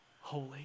holy